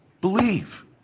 believe